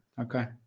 Okay